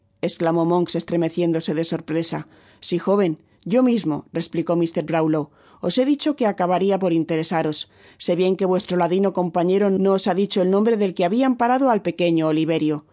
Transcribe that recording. esclamó monks estremeciéndose de sorpresa t si joven yo mismoreplicó mr brownlow os he dicho que acabaria por interesaros sé bien que vuestro ladino compañero no os ha dicho el nombre del que habia amparado al pequeño oliverio